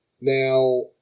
Now